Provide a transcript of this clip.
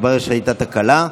התברר שהייתה תקלה,